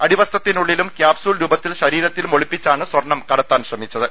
അടിവസ്ത്രത്തിനുളളിലും capsule രൂപത്തിൽ ശരീര ത്തിലും ഒളിപ്പിച്ചാണ് സ്വർണം കടത്താൻ ശ്രമിച്ചത്